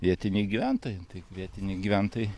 vietiniai gyventojai tai vietiniai gyventojai